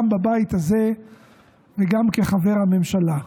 גם בבית הזה וגם כחבר הממשלה.